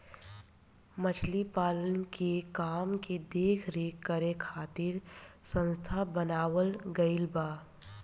मछली पालन के काम के देख रेख करे खातिर संस्था बनावल गईल बा